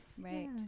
Right